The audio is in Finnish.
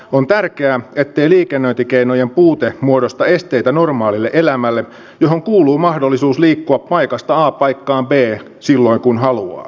on tärkeää ettei liikennöintikeinojen puute muodosta esteitä normaalille elämälle johon kuuluu mahdollisuus liikkua paikasta a paikkaan b silloin kun haluaa